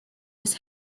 was